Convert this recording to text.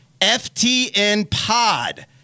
FTNPOD